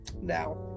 Now